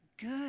good